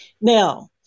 Now